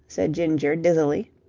said ginger, dizzily.